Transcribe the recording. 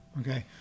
Okay